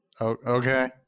Okay